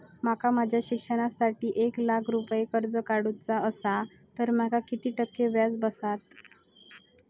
माका माझ्या शिक्षणासाठी एक लाख रुपये कर्ज काढू चा असा तर माका किती टक्के व्याज बसात?